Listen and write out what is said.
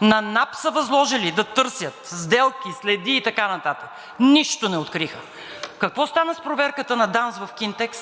На НАП са възложили да търсят сделки, следи и така нататък. Нищо не откриха! Какво стана с проверката на ДАНС в „Кинтекс“?